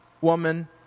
woman